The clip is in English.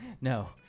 No